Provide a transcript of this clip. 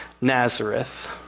Nazareth